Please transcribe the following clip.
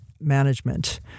management